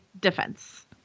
defense